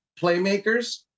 playmakers